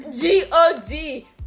G-O-D